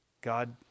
God